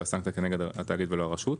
שהסנקציה היא כנגד התאגיד ולא הרשות.